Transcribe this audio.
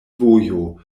vojo